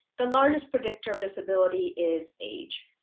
the largest predictor of disability is age